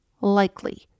likely